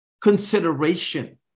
consideration